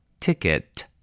Ticket